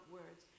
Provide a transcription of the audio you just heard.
words